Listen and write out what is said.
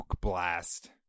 blast